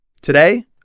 Today